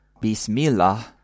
Bismillah